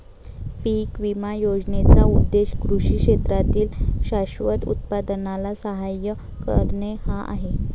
पीक विमा योजनेचा उद्देश कृषी क्षेत्रातील शाश्वत उत्पादनाला सहाय्य करणे हा आहे